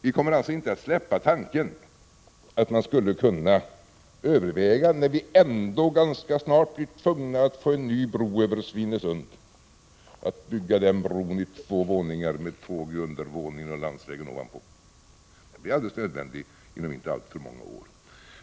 Vi kommer alltså inte att släppa tanken att man, när vi ändå ganska snart blir tvungna att bygga en ny bro över Svinesund, skulle kunna överväga att bygga den bron i två våningar med tågtrafik i undervåningen och landsvägen ovanpå. Den blir alldeles nödvändig inom inte alltför många år.